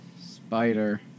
Spider